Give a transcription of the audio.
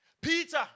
Peter